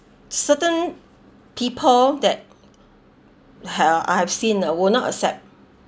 certain people that uh I have seen uh would not accept